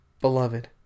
beloved